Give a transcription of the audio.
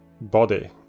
body